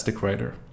writer